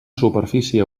superfície